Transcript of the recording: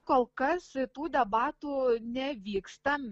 kol kas tų debatų nevyksta